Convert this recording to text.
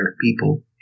people